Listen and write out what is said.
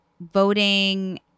voting